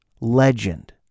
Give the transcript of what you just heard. Legend